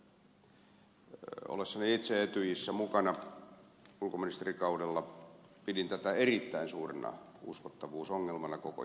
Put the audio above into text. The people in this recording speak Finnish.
ollessani itse etyjissä mukana ulkoministerikaudella pidin tätä erittäin suurena uskottavuusongelmana koko järjestölle